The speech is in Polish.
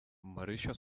marysia